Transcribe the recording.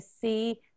see